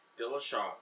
Dillashaw